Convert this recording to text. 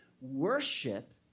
Worship